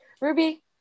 Ruby